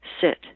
Sit